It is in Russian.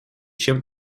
чем